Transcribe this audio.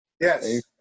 yes